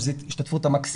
שזו ההשתתפות המקסימלית,